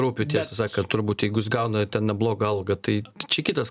rūpi tiesą sakant turbūt jeigu jis gauna ten neblogą algą tai čia kitas